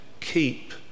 keep